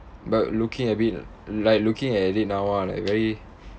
but looking a bit like looking at it now ah like very